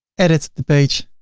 edit the page